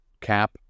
cap